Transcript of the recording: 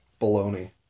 Baloney